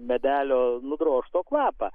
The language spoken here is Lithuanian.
medelio nudrožto kvapą